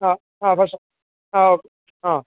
ആ അ ഭക്ഷണം ആ ഓക്കേ ആ